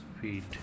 feet